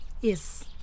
Yes